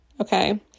Okay